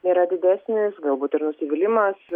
yra didesnis galbūt ir nusivylimas